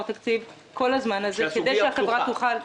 תקציב כל הזמן הזה כדי שהחברה תוכל להתנהל.